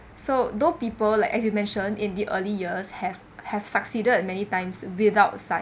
so though people like as you mentioned in the early years have has succeeded many times without science